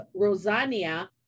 Rosania